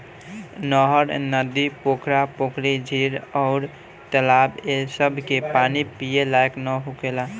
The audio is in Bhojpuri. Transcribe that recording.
नहर, नदी, पोखरा, पोखरी, झील अउर तालाब ए सभ के पानी पिए लायक ना होखेला